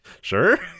sure